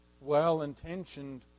well-intentioned